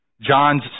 John's